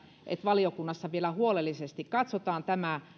valiokunnassa vielä huolellisesti katsotaan